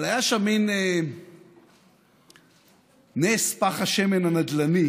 אבל היה שם מין נס פך השמן הנדל"ני,